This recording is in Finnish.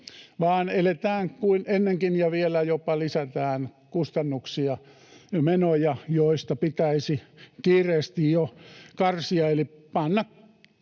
vaan eletään kuin ennenkin — vielä jopa lisätään kustannuksia ja menoja, joista pitäisi kiireesti jo karsia